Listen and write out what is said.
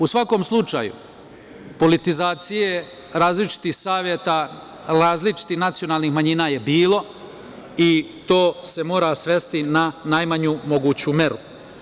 U svakom slučaju politizacija različitih saveta, različitih nacionalnih manjina je bilo i to se mora svesti na najmanju moguću meru.